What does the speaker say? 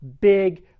big